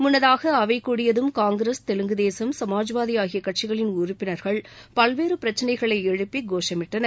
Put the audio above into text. முன்னதாக அவை கூடியதும் காங்கிரஸ் தெலுங்குதேசம் சமாஜ்வாதி ஆகியகட்சிகளின் உறுப்பினர்கள் பல்வேறு பிரச்சினைகளை எழுப்பி கோஷமிட்டனர்